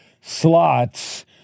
slots